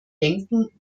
denken